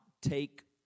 take